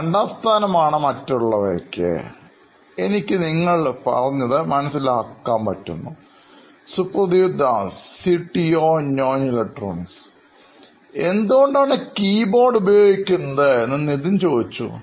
രണ്ടാംസ്ഥാനമാണ് മറ്റുള്ളവയ്ക്ക് എനിക്ക് നിങ്ങൾ പറഞ്ഞത് മനസ്സിലാക്കുന്നു സുപ്രതിവ് ദാസ് സിടിഒ നോയിൻ ഇലക്ട്രോണിക്സ് എന്തുകൊണ്ടാണ് കീബോർഡ് ഉപയോഗിക്കുന്നത് എന്ന് നിധിൻ ചോദിച്ചു